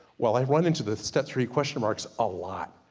well i've run into the step three question marks a lot,